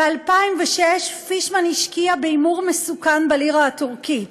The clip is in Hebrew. ב-2006 פישמן השקיע בהימור מסוכן בלירה הטורקית